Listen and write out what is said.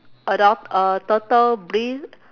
adult uh turtle breathe